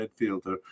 midfielder